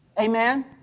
Amen